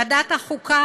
ועדת החוקה,